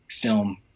film